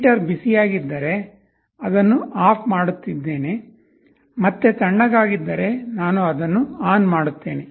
heater ಬಿಸಿಯಾಗಿದ್ದರೆ ಅದನ್ನು off ಮಾಡುತ್ತಿದ್ದೇನೆ ಮತ್ತೆ ತಂಪಾಗಿದ್ದರೆ ನಾನು ಅದನ್ನು ಆನ್ ಮಾಡುತ್ತೇನೆ